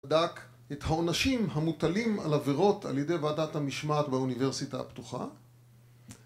בדק את העונשים המוטלים על עבירות על ידי ועדת המשמעת באוניברסיטה הפתוחה